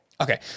Okay